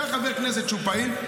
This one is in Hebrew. קח חבר כנסת שהוא פעיל,